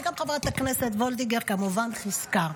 וגם חברת הכנסת וולדיגר, כמובן, חיזקה.